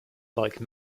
like